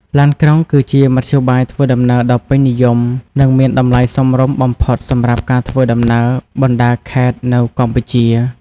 ឡានក្រុងគឺជាមធ្យោបាយធ្វើដំណើរដ៏ពេញនិយម និងមានតម្លៃសមរម្យបំផុតសម្រាប់ការធ្វើដំណើរបណ្ដាខេត្តនៅកម្ពុជា។